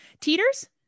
Teeters